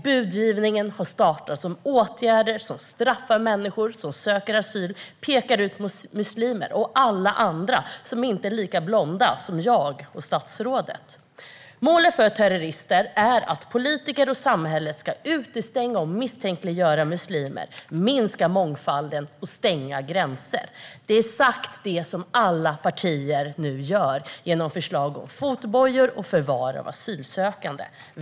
Budgivningen har startat om åtgärder som straffar människor som söker asyl. Man pekar ut muslimer och alla andra som inte är lika blonda som jag och statsrådet. Målet för terrorister är att politiker och samhälle ska utestänga och misstänkliggöra muslimer, minska mångfalden och stänga gränserna. Det är det som alla partier nu gör genom förslag om fotbojor och om förvar av asylsökande.